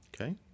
Okay